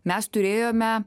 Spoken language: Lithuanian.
mes turėjome